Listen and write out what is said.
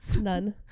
None